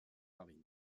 marine